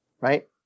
Right